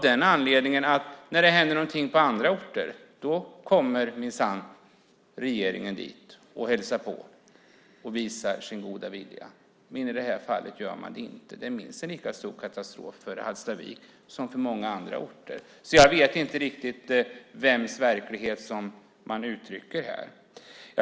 När något händer på andra orter kommer minsann regeringen dit och hälsar på och visar sin goda vilja, men i det här fallet gör man det inte. Det är minst en lika stor katastrof för Hallstavik som nedläggningar har varit för många andra orter. Jag vet inte riktigt vems verklighet som man beskriver här.